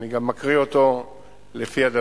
אני גם מקריא אותו לפי הדבר,